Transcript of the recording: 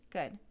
Good